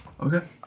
Okay